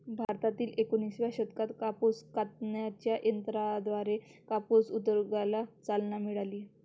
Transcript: भारतात एकोणिसाव्या शतकात कापूस कातणाऱ्या यंत्राद्वारे कापूस उद्योगाला चालना मिळाली